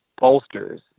bolsters